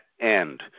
end